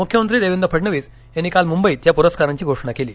मुख्यमंत्री देवेंद्र फडणवीस यांनी काल मुंबईत या प्रस्कारांची घोषणा केली